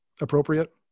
appropriate